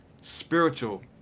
spiritual